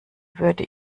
würde